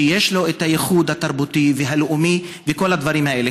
שיש לו הייחוד התרבותי והלאומי וכל הדברים האלה.